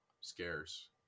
scarce